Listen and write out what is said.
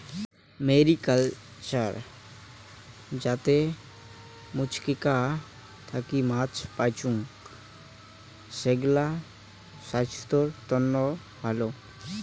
mariculture যাতে জুচিকা থাকি মাছ পাইচুঙ, সেগ্লা ছাইস্থ্যর তন্ন ভালা